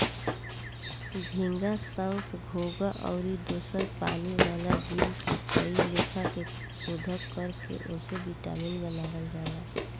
झींगा, संख, घोघा आउर दोसर पानी वाला जीव से कए लेखा के शोध कर के ओसे विटामिन बनावल जाला